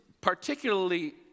particularly